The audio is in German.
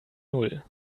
null